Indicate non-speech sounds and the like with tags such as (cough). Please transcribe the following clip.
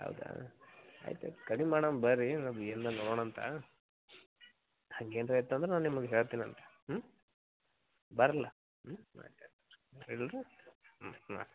ಆಯಿತಾ ಆಯ್ತು ಆಯ್ತು ಕಡಿಮೆ ಮಾಡೋಣ ಬರ್ರಿ ಅದೇನ್ರ ನೋಡೋಂತ ಹಂಗೇನರ ಇತ್ತಂದ್ರ ನಾ ನಿಮ್ಗ ಹೇಳ್ತಿನಂತ ಹ್ಞೂ ಬರ್ರೆಲ ಹ್ಞೂ ಆಯ್ತು ಆಯ್ತು (unintelligible)